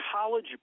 college